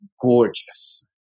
gorgeous